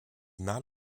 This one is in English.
not